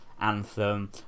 anthem